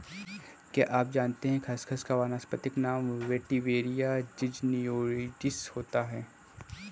क्या आप जानते है खसखस का वानस्पतिक नाम वेटिवेरिया ज़िज़नियोइडिस होता है?